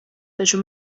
taču